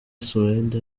suède